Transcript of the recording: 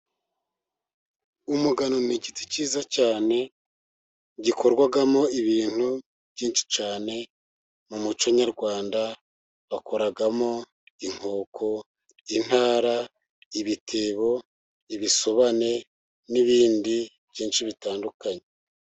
Umugano ni igiti cyiza cyane, gikorwagamo ibintu byinshi cyane, mu muco nyarwanda bakoragamo inkoko, intara, ibitebo, ibisobane, n'ibindi byinshi bitandukanye.